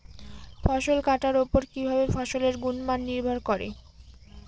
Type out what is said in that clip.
ফসল কাটার উপর কিভাবে ফসলের গুণমান নির্ভর করে?